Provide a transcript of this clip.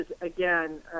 again